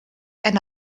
and